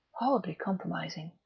horribly compromising.